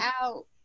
out